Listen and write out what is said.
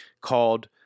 called